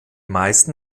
meisten